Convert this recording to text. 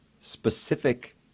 specific